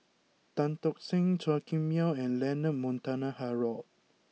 Tan Tock Seng Chua Kim Yeow and Leonard Montague Harrod